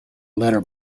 letter